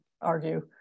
argue